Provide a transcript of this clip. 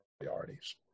priorities